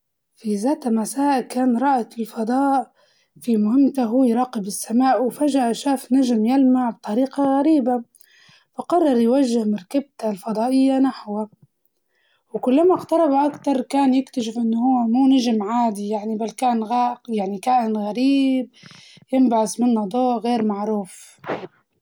في زات مساء كان رائد الفضاء في مهمته وهو يراقب السماء وفجأة شاف نجم يلمع بطريقة غريبة فقرر يوجه مركبته الفضائية نحوه، وكلما اقترب أكتر كان يكتشف إنه هو مو نجم عادي يعني بل كان فاق- يعني كان غريب ينبعس منه ضوء غير معروف.